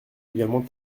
également